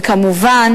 וכמובן